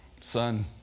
son